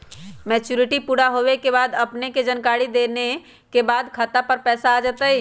Maturity पुरा होवे के बाद अपने के जानकारी देने के बाद खाता पर पैसा आ जतई?